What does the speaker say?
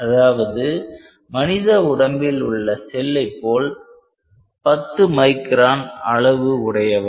அதாவது மனித உடம்பில் உள்ள செல்லை போல் 10 மைக்ரான் அளவு உடையவை